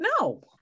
No